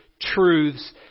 truths